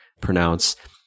pronounce